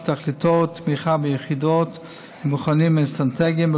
שתכליתו תמיכה ביחידות ובמכונים אסטרטגיים,